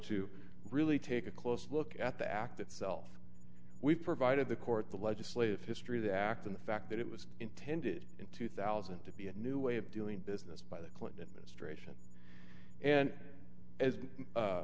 to really take a close look at the act itself we've provided the court the legislative history of the act in the fact that it was intended in two thousand to be a new way of doing business by the clinton administration and as